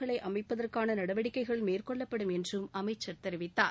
களை அமைப்பதற்கான நடவடிக்கைகள் மேற்கொள்ளப்படும் என்றும் அமைச்சர் தெரிவித்தார்